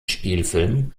spielfilmen